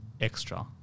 extra